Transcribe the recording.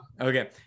okay